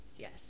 Yes